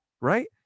right